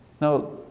Now